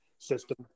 system